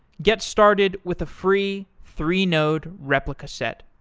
get started with a free three-node replica set,